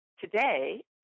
today